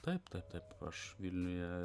taip taip taip aš vilniuje